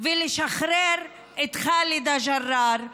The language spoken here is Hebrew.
ולשחרר את חאלדה ג'ראר,